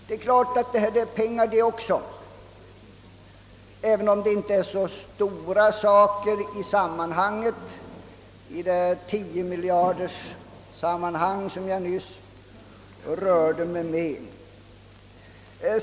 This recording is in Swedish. Det är naturligtvis pengar det också, även om det inte är så mycket på ett område där man rör sig med utgifter på många miljarder kronor, som jag nyss framhöll.